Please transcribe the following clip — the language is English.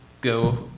go